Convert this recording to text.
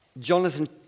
Jonathan